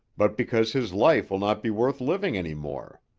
but because his life will not be worth living any more.